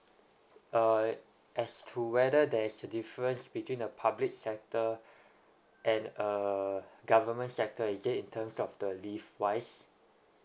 err as to whether there is a difference between the public sector and err government sector is that in terms of the leave wise